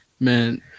Man